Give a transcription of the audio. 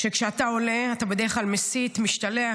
כשאתה עולה אתה בדרך כלל מסית, משתלח.